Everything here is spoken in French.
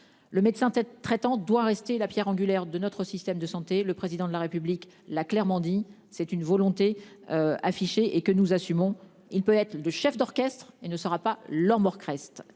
Le médecin traitant doit rester la Pierre angulaire de notre système de santé, le président de la République l'a clairement dit, c'est une volonté. Affichée et que nous assumons, il peut être le chef d'orchestre et ne sera pas leur mort Crest.